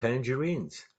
tangerines